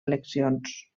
eleccions